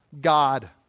God